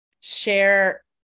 share